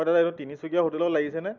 হয় দাদা এইটো তিনিচুকীয়া হোটেলত লাগিছেনে